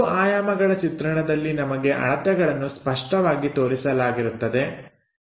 2 ಆಯಾಮಗಳ ಚಿತ್ರಣದಲ್ಲಿ ನಮಗೆ ಅಳತೆಗಳನ್ನು ಸ್ಪಷ್ಟವಾಗಿ ತೋರಿಸಲಾಗಿರುತ್ತದೆ